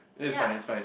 ya